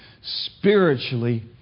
spiritually